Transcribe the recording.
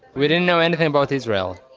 we didn't know anything about israel.